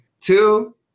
Two